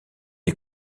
est